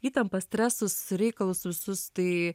įtampą stresus reikalus visus tai